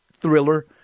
thriller